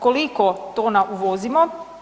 Koliko tona uvozimo?